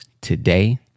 Today